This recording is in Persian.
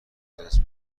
جنس